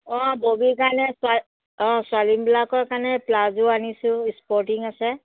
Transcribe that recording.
অ' ববীৰ কাৰণে চোৱা অ' ছোৱালীবিলাকৰ কাৰণে প্লাজো আনিছো স্পৰ্টিং আছে